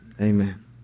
amen